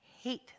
hate